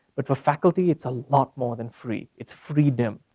but for faculty, it's a lot more than free, it's freedom.